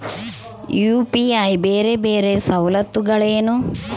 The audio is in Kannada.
ಯು.ಪಿ.ಐ ಬೇರೆ ಬೇರೆ ಸವಲತ್ತುಗಳೇನು?